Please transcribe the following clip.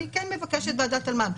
אני כן מבקשת ועדת אלמ"ב.